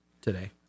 today